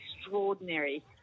extraordinary